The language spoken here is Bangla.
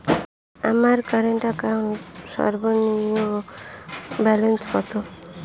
আমার কারেন্ট অ্যাকাউন্ট সর্বনিম্ন ব্যালেন্স কত?